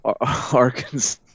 Arkansas